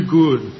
good